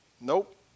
Nope